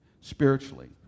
spiritually